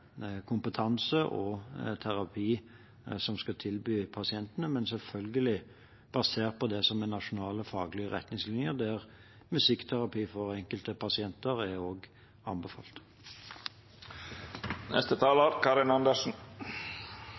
kompetanse og terapi som skal tilbys pasientene, selvfølgelig basert på det som er nasjonale faglige retningslinjer, der også musikkterapi for enkelte pasienter er